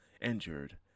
injured